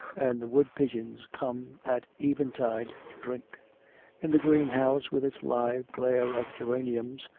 and the woodpigeons come at eventide to drink in the greenhouse with its live glare of geraniums,